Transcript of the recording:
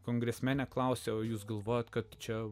kongresmene klausiau jūs galvojate kad čia